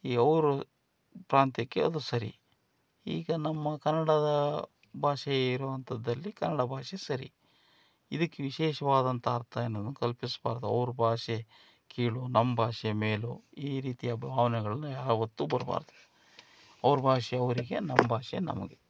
ಈ ಅವ್ರ ಪ್ರಾಂತ್ಯಕ್ಕೆ ಅದು ಸರಿ ಈಗ ನಮ್ಮ ಕನ್ನಡದ ಭಾಷೆ ಇರೋ ಅಂಥದ್ದಲ್ಲಿ ಕನ್ನಡ ಭಾಷೆ ಸರಿ ಇದಕ್ ವಿಶೇಷವಾದಂಥ ಅರ್ಥ ಏನನ್ನೂ ಕಲ್ಪಿಸಬಾರ್ದು ಅವ್ರ ಭಾಷೆ ಕೀಳು ನಮ್ಮ ಭಾಷೆ ಮೇಲು ಈ ರೀತಿಯ ಭಾವನೆಗಳನ್ನ ಯಾವತ್ತೂ ಬರಬಾರ್ದು ಅವ್ರ ಭಾಷೆ ಅವರಿಗೆ ನಮ್ಮ ಭಾಷೆ ನಮಗೆ